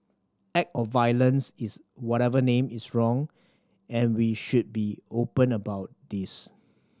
act of violence is whatever name is wrong and we should be open about this